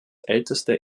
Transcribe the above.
älteste